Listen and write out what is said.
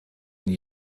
denn